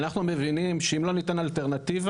אנחנו מבינים שאם לא ניתן אלטרנטיבה,